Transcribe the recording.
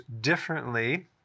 differently